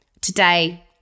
today